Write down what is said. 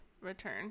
return